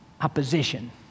Opposition